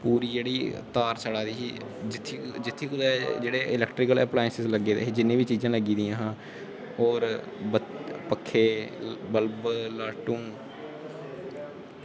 ओह् जेह्ड़ी तार सड़ा दी ही जित्थै कुदै जेह्ड़े इलैक्ट्रिक एप्लायेंस जिन्नियां बी लग्गी दियां हियां होर पक्खे ते बल्ब लाटूं